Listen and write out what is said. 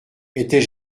étais